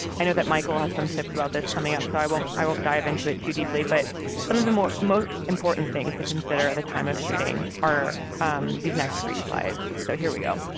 i know that michael has some tips about this coming up so i won't i won't dive into it too deeply. but some of the most most important things to consider at the time of shooting are these next three slides, so here we go.